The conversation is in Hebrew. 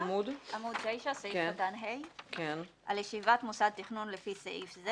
עמוד 9 סעיף קטן (ה): על ישיבת מוסד תכנון לפי סעיף זה